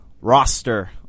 roster